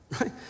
right